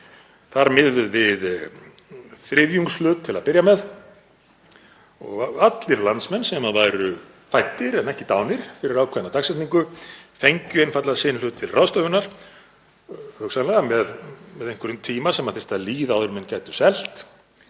var miðað við þriðjungshlut til að byrja með og allir landsmenn sem væru fæddir en ekki dánir fyrir ákveðna dagsetningu fengju einfaldlega sinn hlut til ráðstöfunar, hugsanlega með einhverjum tíma sem þyrfti að líða áður en menn gætu selt.